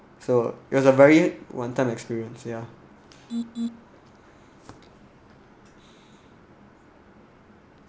so it was a very one time experience ya